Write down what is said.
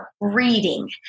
reading